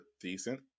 decent